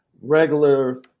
regular